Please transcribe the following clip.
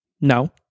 No